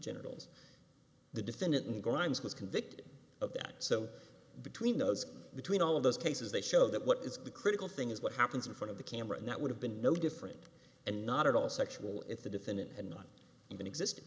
genitals the defendant in the grimes was convicted of that so between those between all of those cases they show that what is the critical thing is what happens in front of the camera and that would have been no different and not at all sexual if the defendant had not even existed